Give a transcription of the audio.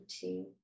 two